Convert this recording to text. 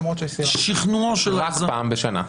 רק פעם בשנה.